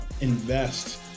invest